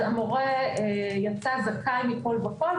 המורה יצא זכאי מכל וכול,